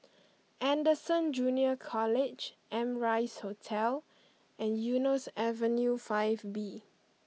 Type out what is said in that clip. Anderson Junior College Amrise Hotel and Eunos Avenue Five B